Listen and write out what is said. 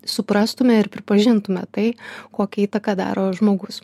suprastume ir pripažintume tai kokią įtaką daro žmogus